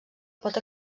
pot